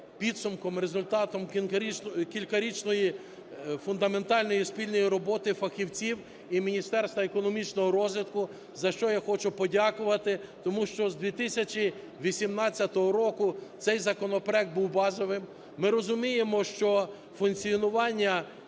підсумком, результатом кількарічної фундаментальної спільної роботи фахівців і Міністерства економічного розвитку, за що я хочу подякувати, тому що з 2018 року цей законопроект був базовим. Ми розуміємо, що функціонування